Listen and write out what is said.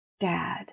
dad